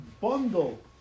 bundle